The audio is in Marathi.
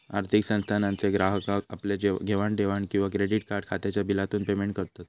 आर्थिक संस्थानांचे ग्राहक आपल्या घेवाण देवाण किंवा क्रेडीट कार्ड खात्याच्या बिलातून पेमेंट करत